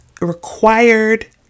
required